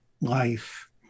life